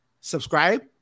Subscribe